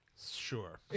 sure